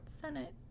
Senate